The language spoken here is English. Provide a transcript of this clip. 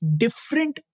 different